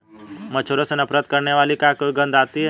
मच्छरों से नफरत करने वाली क्या कोई गंध आती है?